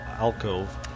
alcove